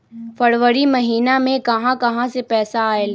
फरवरी महिना मे कहा कहा से पैसा आएल?